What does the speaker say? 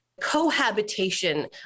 cohabitation